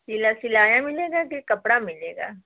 सिला सिलाया मिलेगा कि कपड़ा मिलेगा